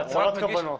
הצהרת כוונות.